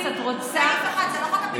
זה לא חוק הפיקוח,